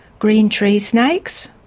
green tree snakes?